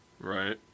Right